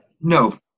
No